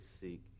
seek